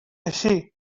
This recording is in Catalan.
així